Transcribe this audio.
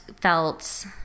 felt